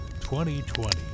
2020